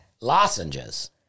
lozenges